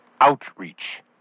outreach